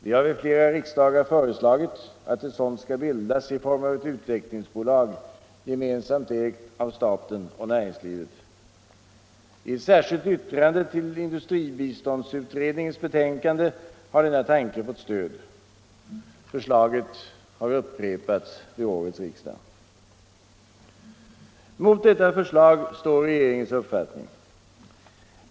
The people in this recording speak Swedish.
Vi har vid flera riksdagar föreslagit att ett sådant skall bildas i form av ett utvecklingsbolag, gemensamt ägt av staten och näringslivet. I ett särskilt yttrande till industribiståndsutredningens betänkande har denna tanke fått stöd. Förslaget har upprepats vid årets riksdag. Mot detta förslag står regeringens uppfattning.